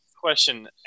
question